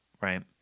right